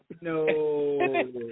no